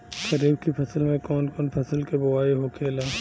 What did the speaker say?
खरीफ की फसल में कौन कौन फसल के बोवाई होखेला?